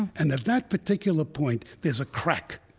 and at that particular point, there's a crack,